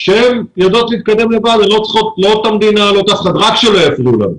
שהן יודעות להתקדם לבד והן לא צריכות את המדינה ורק שלא יפריעו להן.